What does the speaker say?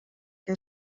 que